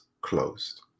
closed